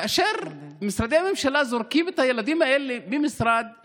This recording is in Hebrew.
כאשר משרדי הממשלה זורקים את הילדים ממשרד למשרד.